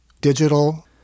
digital